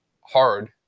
hard